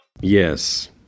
Yes